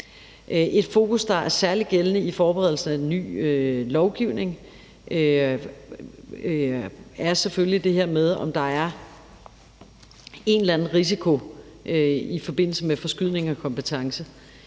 Et fokus, der er særlig gældende i forberedelsen af en ny lovgivning, er selvfølgelig det her med, om der er en eller anden risiko i forbindelse med forskydning af kompetence.